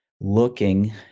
looking